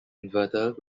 inverter